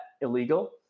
illegal